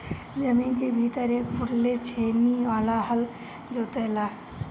जमीन के भीतर एक फुट ले छेनी वाला हल जोते ला